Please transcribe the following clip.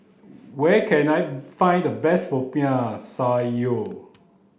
where can I find the best popiah sayur